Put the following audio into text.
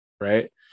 right